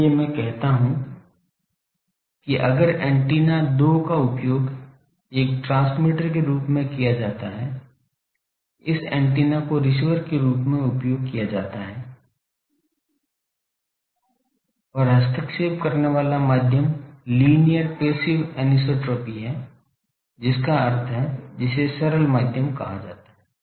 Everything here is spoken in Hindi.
इसलिए मैं कहता हूं कि अगर एंटीना दो का उपयोग एक ट्रांसमीटर के रूप में किया जाता है इस एंटीना को रिसीवर के रूप में उपयोग किया जाता है और हस्तक्षेप करने वाला माध्यम लीनियर पैसिव अनिसोट्रॉपी है जिसका अर्थ है जिसे सरल माध्यम कहा जाता है